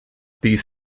these